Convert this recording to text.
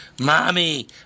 Mommy